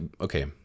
okay